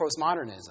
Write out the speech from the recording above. postmodernism